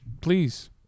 please